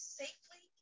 safely